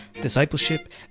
discipleship